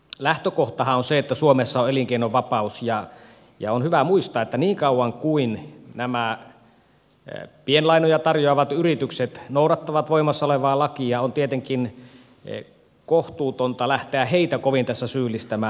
lähtökohtahan on se että suomessa on elinkeinonvapaus ja on hyvä muistaa että niin kauan kuin nämä pienlainoja tarjoavat yritykset noudattavat voimassa olevaa lakia on tietenkin kohtuutonta lähteä heitä kovin tässä syyllistämään